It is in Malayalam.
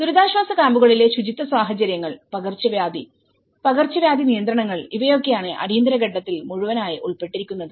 ദുരിതാശ്വാസ ക്യാമ്പുകളിലെ ശുചിത്വ സാഹചര്യങ്ങൾ നിയന്ത്രണങ്ങൾ എൻഡെമിക് എപിഡെമിക് ഇവയൊക്കെയാണ് അടിയന്തിര ഘട്ടത്തിൽ മുഴുവനായി ഉൾപ്പെട്ടിരിക്കുന്നത്